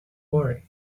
worry